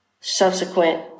subsequent